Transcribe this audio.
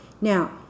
Now